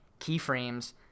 keyframes